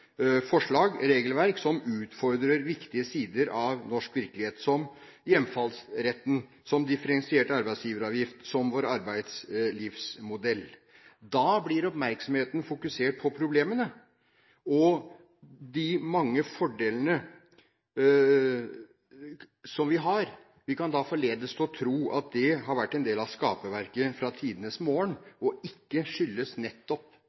forslag og regelverk som utfordrer viktige sider av norsk virkelighet – som hjemfallsretten, som differensiert arbeidsgiveravgift, som vår arbeidslivsmodell. Da blir oppmerksomheten fokusert på problemene – og de mange fordelene som vi har. Vi kan da forledes til å tro at det har vært en del av skaperverket fra tidenes morgen, og ikke skyldes nettopp